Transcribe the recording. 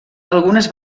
algunes